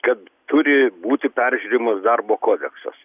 kad turi būti peržiūrimas darbo kodeksas